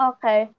Okay